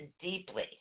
deeply